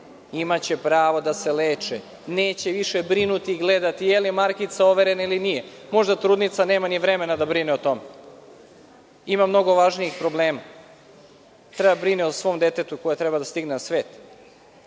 imaće pravo da se leče, neće više brinuti i gledati je li markica overena ili nije. Možda trudnica nema ni vremena da brine o tome, ima mnogo važnijih problema. Treba da brine o svom detetu koje treba da stigne na svet.